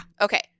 Okay